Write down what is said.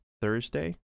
Thursday